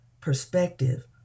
perspective